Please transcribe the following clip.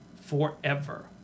forever